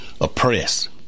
oppressed